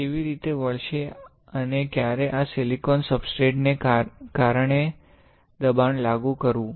આ કેવી રીતે વાળશે અને ક્યારે આ સિલિકોન સબસ્ટ્રેટ ને કારણે દબાણ લાગુ કરવું